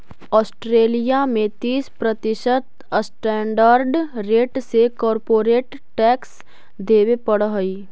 Australia में तीस प्रतिशत स्टैंडर्ड रेट से कॉरपोरेट टैक्स देवे पड़ऽ हई